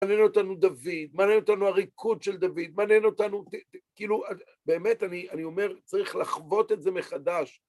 מעניין אותנו דוד. מעניין אותנו הריקוד של דוד. מעניין אותנו... כאילו, באמת, אני אומר, צריך לחוות את זה מחדש.